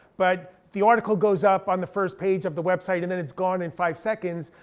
but the article goes up on the first page of the website, and then it's gone in five seconds.